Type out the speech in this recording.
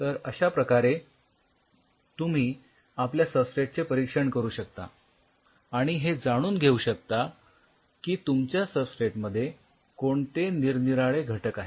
तर अश्या प्रकारे तुम्ही आपल्या सबस्ट्रेट चे परीक्षण करू शकता आणि हे जाणून घेऊ शकता की तुमच्या सबस्ट्रेटमध्ये कोणते निरनिराळे घटक आहेत